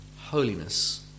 holiness